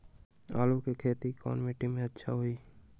आलु के खेती कौन मिट्टी में अच्छा होइ?